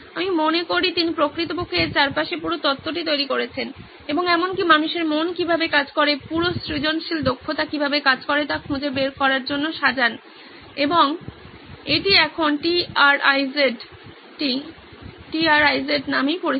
আমি মনে করি তিনি প্রকৃতপক্ষে এর চারপাশে পুরো তত্ত্বটি তৈরি করেছেন এবং এমনকি মানুষের মন কীভাবে কাজ করে পুরো সৃজনশীল দক্ষতা কীভাবে কাজ করে তা খুঁজে বের করার জন্য সাজান এবং এটি এখন T R I Z T R I Z নামে পরিচিত